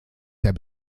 der